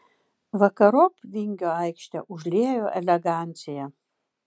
vakarop vingio aikštę užliejo elegancija